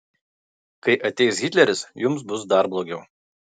kai ateis hitleris jums bus dar blogiau